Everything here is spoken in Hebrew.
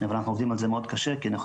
אבל אנחנו עובדים על זה מאוד קשה כי אנחנו